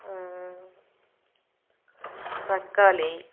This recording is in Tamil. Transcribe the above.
தக்காளி